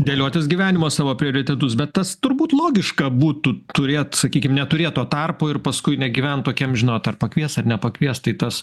dėliotis gyvenimo savo prioritetus bet tas turbūt logiška būtų turėt sakykim neturėt to tarpo ir paskui negyvent tokiam žinot ar pakvies ar nepakvies tai tas